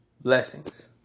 Blessings